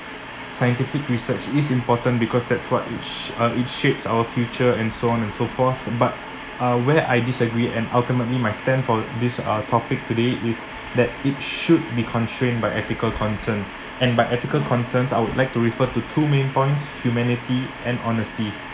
scientific research is important because that's what it sh~ it shapes our future and so on and so forth but uh where I disagree and ultimately my stand for this uh topic today is that it should be constrained by ethical concerns and by ethical concerns I would like to refer the two main points humanity and honesty